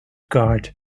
guard